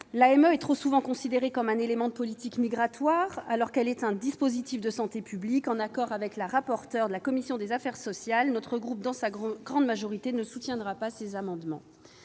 L'AME est trop souvent considérée comme un élément de politique migratoire, alors qu'elle est un dispositif de santé publique. En accord avec la rapporteure pour avis de la commission des affaires sociales, mon groupe, dans sa grande majorité, ne soutiendra pas ces amendements.